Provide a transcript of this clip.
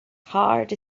hard